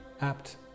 apt